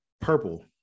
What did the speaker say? purple